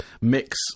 mix